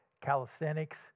calisthenics